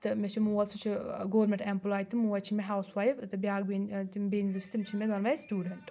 تہٕ مےٚ چھُ مول سُہ چھُ ٲں گورمیٚنٛٹ ایٚمپٕلاے تہٕ موج چھِ مےٚ ہاوُس وایِف ٲں تہٕ بیٛاکھ بیٚنہِ ٲں تِم بیٚنہِ زٕ چھِ تِم چھِ مےٚ دۄنؤے سٹوٗڈنٛٹ